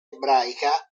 ebraica